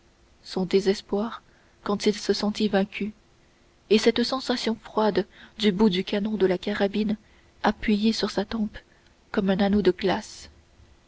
son désespoir quand il se sentit vaincu et cette sensation froide du bout du canon de la carabine appuyée sur sa tempe comme un anneau de glace